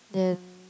then